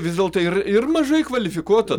vis dėlto ir ir mažai kvalifikuoto